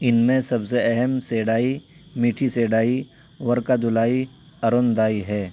ان میں سب سے اہم سیڈائی میٹھی سیڈائی ورکا دلائی ارن دائی ہے